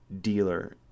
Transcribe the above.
dealer